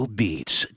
beats